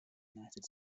united